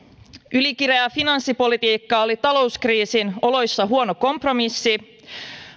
ylikireä finanssipolitiikka oli talouskriisin oloissa huono kompromissi